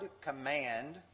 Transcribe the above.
command